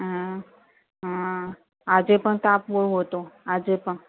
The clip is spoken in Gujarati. હા હા આજે પણ તાપ બહુ હતો આજે પણ